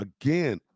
again